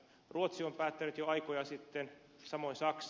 ruotsi on päättänyt jo aikoja sitten samoin saksa